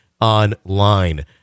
Online